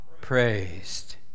Praised